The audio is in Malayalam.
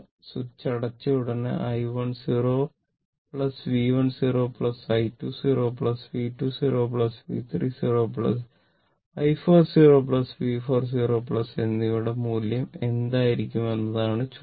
സ്വിച്ച് അടച്ചയുടനെ i 10 V 1 0 i20 V2 0 V 3 0 i 4 0 V 4 0 എന്നിവയുടെ മൂല്യം എന്തായിരിക്കുമെന്നതാണ് ചോദ്യം